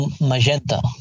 magenta